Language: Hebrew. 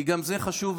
כי גם זה חשוב,